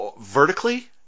vertically